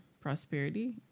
prosperity